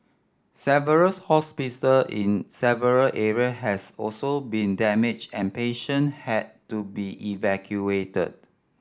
several in several area has also been damaged and patient had to be evacuated